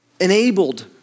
Enabled